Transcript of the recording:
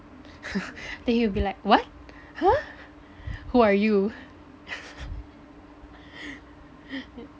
then he will be like what !huh! who are you